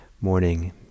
morning